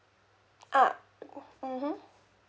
ah mmhmm